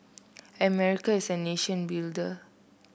America is a nation of builders